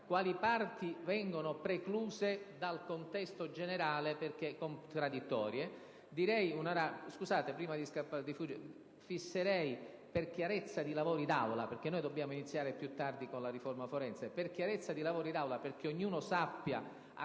quali parti vengono precluse dal contesto generale perché contraddittorie.